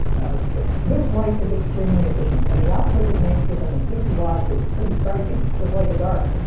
that was good. this light is extremely efficient, and the output it makes with only fifty watts is pretty striking, just like its arc.